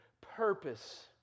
purpose